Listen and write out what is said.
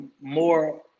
more